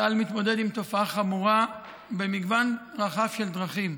צה"ל מתמודד עם התופעה החמורה במגוון רחב של דרכים: